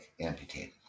amputated